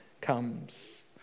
comes